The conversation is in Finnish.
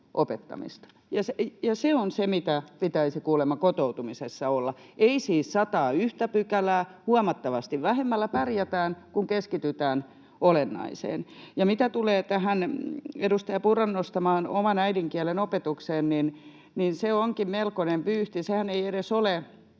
se on se, mitä pitäisi kuulemma kotoutumisessa olla — ei siis 101:tä pykälää, vaan huomattavasti vähemmällä pärjätään, kun keskitytään olennaiseen. Mitä tulee tähän edustaja Purran nostamaan oman äidinkielen opetukseen, niin se onkin melkoinen vyyhti. Sehän ei edes ole